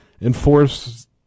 enforce